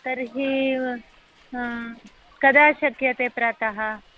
तर्हि कदा शक्यते प्रातः